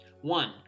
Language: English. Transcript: One